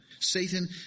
Satan